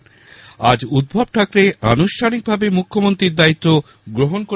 এদিকে আজ উদ্ধব ঠাকরে আনুষ্ঠানিকভাবে মুখ্যমন্ত্রীর দায়িত্ব গ্রহণ করেছেন